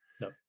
no